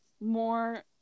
more